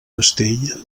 castell